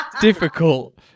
difficult